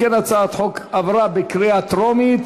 אם כן, הצעת החוק עברה בקריאה טרומית